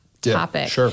topic